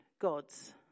gods